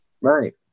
Right